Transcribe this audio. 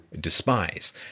despise